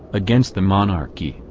against the monarchy,